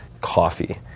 coffee